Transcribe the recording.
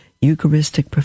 Eucharistic